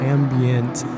Ambient